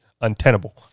untenable